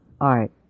art